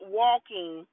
walking